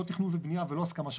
לא תכנון ובנייה ולא הסכמה.